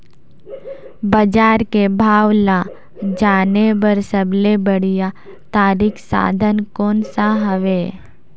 बजार के भाव ला जाने बार सबले बढ़िया तारिक साधन कोन सा हवय?